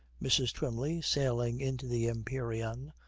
mrs. twymley, sailing into the empyrean,